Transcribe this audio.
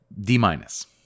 D-minus